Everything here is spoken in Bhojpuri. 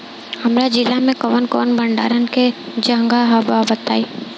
हमरा जिला मे कवन कवन भंडारन के जगहबा पता बताईं?